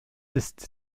ist